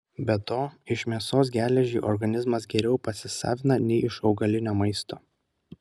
be to iš mėsos geležį organizmas geriau pasisavina nei iš augalinio maisto